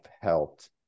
helped